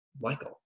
Michael